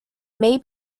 may